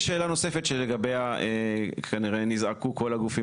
יש שאלה נוספת שלגביה כנראה נזעקו כל הגופים